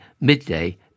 midday